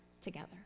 together